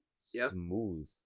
smooth